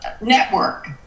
network